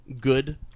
good